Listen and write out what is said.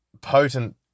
potent